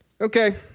Okay